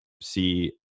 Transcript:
see